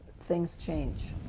things change.